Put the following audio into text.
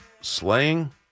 slaying